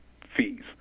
fees